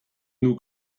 new